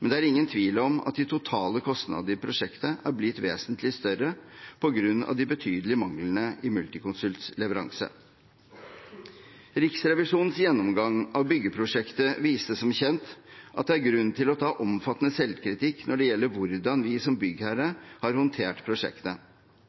men det er ingen tvil om at de totale kostnader i prosjektet er blitt vesentlig større på grunn av de betydelige manglene i Multiconsults leveranse. Riksrevisjonens gjennomgang av byggeprosjektet viste som kjent at det er grunn til å ta omfattende selvkritikk når det gjelder hvordan vi som